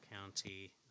County